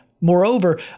Moreover